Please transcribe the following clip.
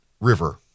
river